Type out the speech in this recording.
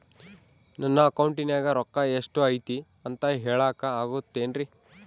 ನನ್ನ ಅಕೌಂಟಿನ್ಯಾಗ ರೊಕ್ಕ ಎಷ್ಟು ಐತಿ ಅಂತ ಹೇಳಕ ಆಗುತ್ತೆನ್ರಿ?